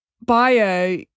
bio